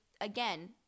again